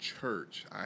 church